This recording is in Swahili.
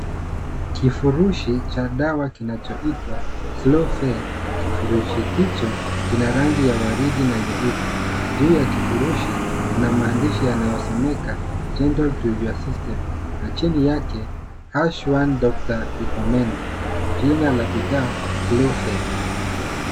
Kifurushi cha dawa kinachoitwa, SlowFe. Kifurushi hicho kina rangi ya waridi na nyeupe. Juu ya kifurushi, kuna maandishi yanayosomeka, gentle to your system . Na chini yake #Doctor Recommend . Jina la bidhaa SlowFe.